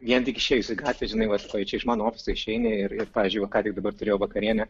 vien tik išėjus į gatvę žinai va čia iš mano ofiso išeini ir ir pavyzdžiui ką tik dabar turėjau vakarienę